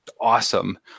awesome